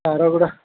ତାରଗୁଡ଼ା